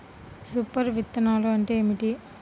Super విత్తనాలు అంటే ఏమిటి?